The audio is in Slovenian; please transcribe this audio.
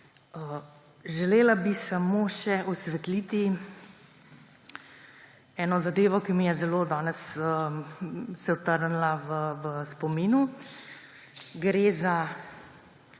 Želela bi samo še osvetliti eno zadevo, ki se mi je danes zelo vtisnila v spomin. Gre za